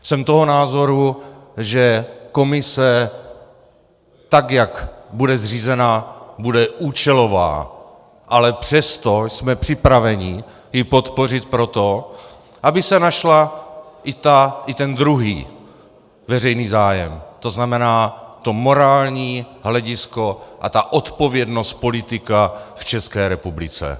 Jsem toho názoru, že komise, tak jak bude zřízena, bude účelová, ale přesto jsme připraveni ji podpořit proto, aby se našla... i ten druhý veřejný zájem, to znamená to morální hledisko a odpovědnost politika v České republice.